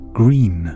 green